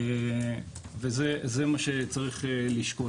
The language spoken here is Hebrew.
וזה מה שצריך לשקול.